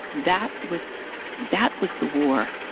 that was that was the war.